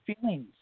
feelings